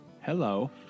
Hello